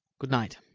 good-night!